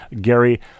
Gary